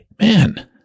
Man